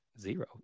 zero